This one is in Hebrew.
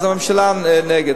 אז, הממשלה נגד.